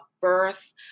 birth